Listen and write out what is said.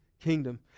kingdom